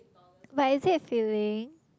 but is it filling